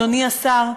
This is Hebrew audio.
אדוני השר,